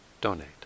donate